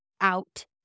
out